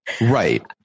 Right